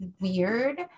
weird